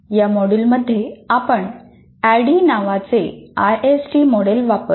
या मॉड्यूलमध्ये आपण एडीडीई नावाचे आयएसडी मॉडेल वापरतो